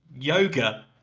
yoga